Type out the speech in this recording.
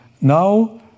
now